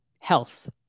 health